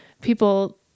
people